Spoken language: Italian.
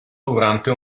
durante